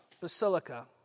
Basilica